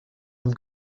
dem